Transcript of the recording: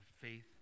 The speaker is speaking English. faith